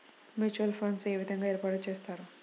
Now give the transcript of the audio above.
Mutual funds ఏ విధంగా ఏర్పాటు చేస్తారు?